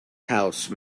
house